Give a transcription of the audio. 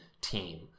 team